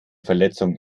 verletzung